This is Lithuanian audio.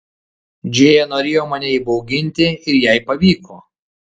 džėja norėjo mane įbauginti ir jai pavyko